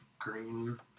green